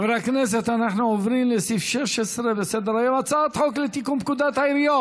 היוזם השני של החוק